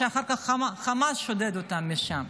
ואחר כך חמאס שודד אותם משם.